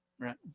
right